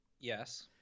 Yes